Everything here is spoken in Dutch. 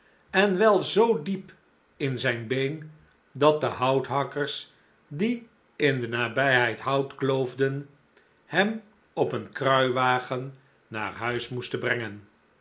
en wel zoo diep in zijn been dat de houthakkers die in de nabijheid hout kloofden hem op een kruiwagen naar huis moesten brengen